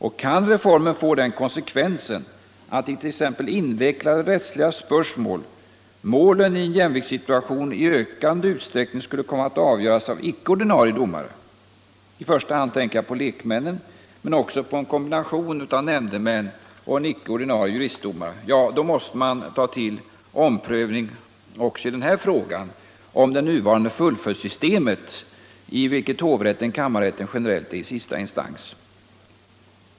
Och kan reformen få den konsekvensen att i t.ex. invecklade rättsliga spörsmål målet i en jämviktssituation i ökande utsträckning skulle komma att avgöras av icke ordinarie domare — i första hand tänker jag på lekmännen men också på kombinationen nämndemännen och en icke ordinarie juristdomare — ja, då måste man ta till omprövning också av frågan om det nuvarande fullföljdssystemet, i vilket hovrätten och kammarrätten generellt är sista instans.